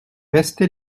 resté